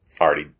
already